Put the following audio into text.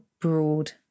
broad